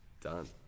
Done